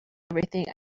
everything